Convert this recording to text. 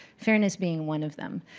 fairness being one of them.